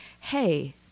hey